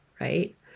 right